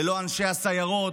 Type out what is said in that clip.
ללא אנשי הסיירות?